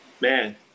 Man